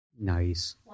Nice